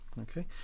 Okay